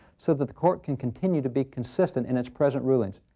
so that the court can continue to be consistent in its present rulings.